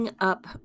up